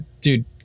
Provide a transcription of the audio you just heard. dude